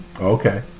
Okay